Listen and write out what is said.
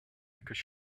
because